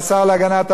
מתן וילנאי.